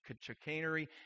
chicanery